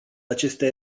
aceste